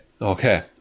okay